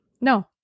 No